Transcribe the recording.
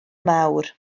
mawr